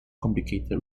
complicated